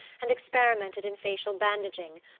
and experimented in facial bandaging,